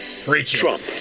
Trump